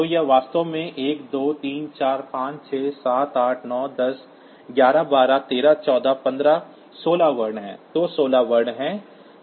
तो यह वास्तव में 1 2 3 4 5 6 7 8 9 10 11 12 13 14 15 16 वर्ण है